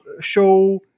show